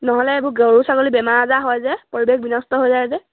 নহ'লে এইবোৰ গৰু ছাগলী বেমাৰ আজাৰ হয় যে পৰিৱেশ বিনষ্ট হৈ যায় যে